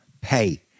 pay